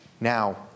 Now